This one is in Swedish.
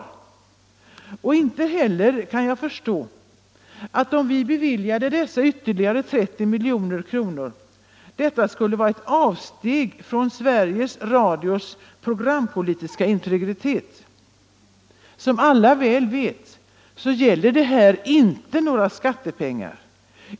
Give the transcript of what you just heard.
Jag kan inte heller förstå att beviljandet av dessa ytterligare 30 miljoner skulle vara ett avsteg från Sveriges Radios programpolitiska integritet. Som väl alla vet, gäller det här inte några skattepengar.